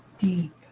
deep